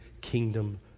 kingdom